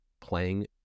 playing